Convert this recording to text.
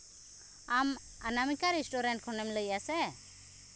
ᱟᱢ ᱚᱱᱟᱢᱤᱠᱟ ᱨᱮᱥᱴᱩᱨᱮᱱᱴ ᱠᱷᱚᱱᱮᱢ ᱞᱟᱹᱭ ᱮᱫᱼᱟ ᱥᱮ